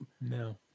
no